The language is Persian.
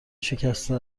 شکسته